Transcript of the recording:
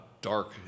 dark